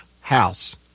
house